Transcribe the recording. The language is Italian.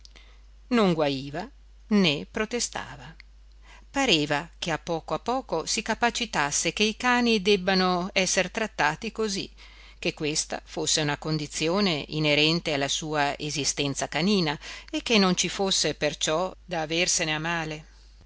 non guaiva né protestava pareva che a poco a poco si capacitasse che i cani debbano esser trattati così che questa fosse una condizione inerente alla sua esistenza canina e che non ci fosse perciò da aversene a male